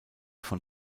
von